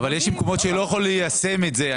אבל יש מקומות שלא יכולים ליישם את זה.